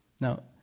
Now